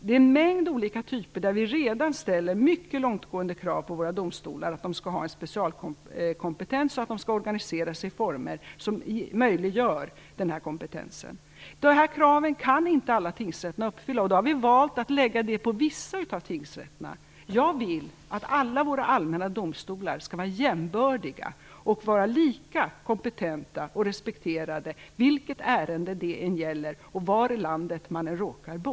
Det finns en mängd olika typer där vi redan ställer mycket långtgående krav på våra domstolar att de skall ha en specialkompetens och att de skall organiseras i former som möjliggör denna kompetens. Dessa krav kan inte alla tingsrätter uppfylla. Vi har då valt att lägga dessa uppgifter på vissa av tingsrätterna. Jag vill att alla våra allmänna domstolar skall vara jämbördiga och vara lika kompetenta och respekterade vilket ärende det än gäller och var i landet man än råkar bo.